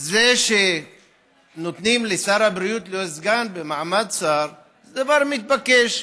זה שנותנים לשר הבריאות להיות סגן במעמד שר זה דבר מתבקש,